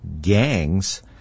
gangs